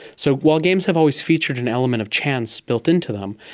so while games have always featured an element of chance built into them,